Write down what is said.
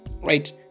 right